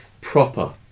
proper